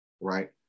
right